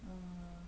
err